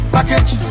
Package